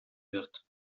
wird